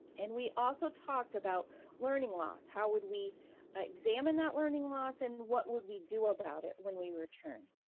and we also talked about learning loss. how would we ah examine that learning loss and what would we do about it when we return?